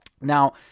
Now